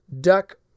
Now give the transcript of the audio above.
duck